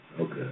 Okay